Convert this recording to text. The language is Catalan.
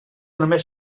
només